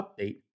update